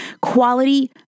quality